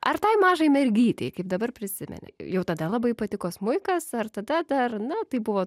ar tai mažai mergytei kaip dabar prisimeni jau tada labai patiko smuikas ar tada dar na tai buvo